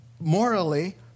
morally